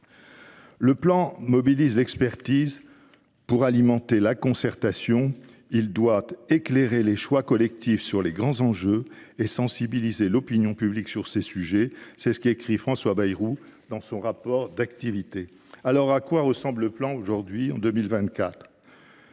Le Plan mobilise l’expertise pour alimenter la concertation. Il doit « éclairer les choix collectifs [sur] les grands enjeux [et] sensibiliser l’opinion publique à ces sujets », écrit François Bayrou dans son rapport d’activité. À quoi ressemble le Plan en 2024 ?